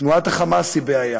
תנועת ה"חמאס", היא בעיה.